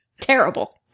Terrible